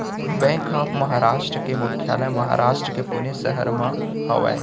bank of Maharashtra के मुख्यालय महारास्ट के पुने सहर म हवय